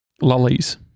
lollies